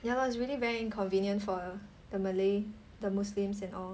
ya lor it's really very inconvenient for the malay the muslims and all